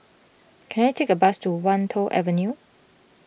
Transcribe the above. can I take a bus to Wan Tho Avenue